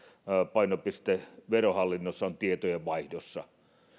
painopiste verohallinnossa on tietojenvaihdossa